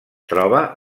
troba